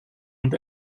und